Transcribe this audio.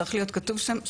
צריך להיות כתוב שם,